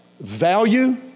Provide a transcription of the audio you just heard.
Value